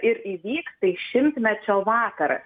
ir įvyks tai šimtmečio vakaras